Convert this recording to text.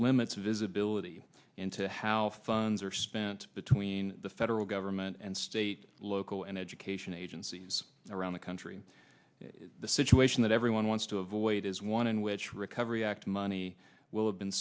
limits visibility into how funds are spent between the federal government and state local and education agencies around the country the situation that everyone wants to avoid is one in which recovery act money will have been